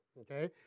Okay